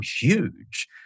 huge